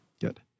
Good